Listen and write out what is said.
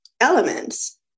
elements